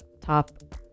Top